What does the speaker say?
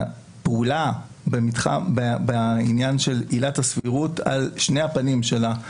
הפעולה בעניין של עילת הסבירות על שתי הפנים שלה,